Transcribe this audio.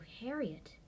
Harriet